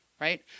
Right